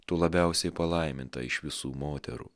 tu labiausiai palaiminta iš visų moterų